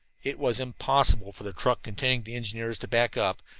it was impossible for the truck containing the engineers to back up.